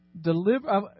deliver